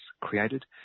created